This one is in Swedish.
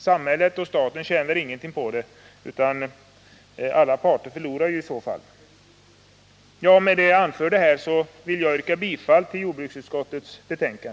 Samhället och staten tjänar ingenting på det, utan alla parter förlorar i så fall. Med det anförda vill jag yrka bifall till jordbruksutskottets hemställan.